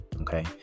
Okay